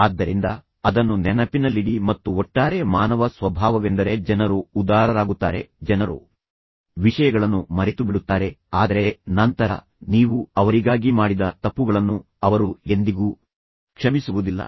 ಆದ್ದರಿಂದ ಅದನ್ನು ನೆನಪಿನಲ್ಲಿಡಿ ಮತ್ತು ಒಟ್ಟಾರೆ ಮಾನವ ಸ್ವಭಾವವೆಂದರೆ ಜನರು ಉದಾರರಾಗುತ್ತಾರೆ ಜನರು ವಿಷಯಗಳನ್ನು ಮರೆತುಬಿಡುತ್ತಾರೆ ಆದರೆ ನಂತರ ನೀವು ಅವರಿಗಾಗಿ ಮಾಡಿದ ತಪ್ಪುಗಳನ್ನು ಅವರು ಎಂದಿಗೂ ಕ್ಷಮಿಸುವುದಿಲ್ಲ